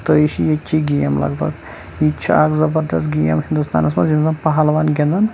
تہٕ یہِ چھِ ییٚتِچی گیم لگ بگ یہِ تہِ اَکھ زَبردست گیم ہِندوستانَس منٛز یِم زَن پَہَلوان گِنٛدان